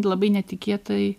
labai netikėtai